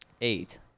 eight